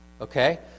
Okay